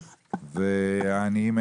והעניים,